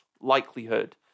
likelihood